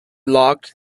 logged